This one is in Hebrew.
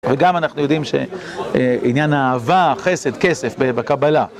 וגם אנחנו יודעים שעניין האהבה, חסד, כסף בקבלה.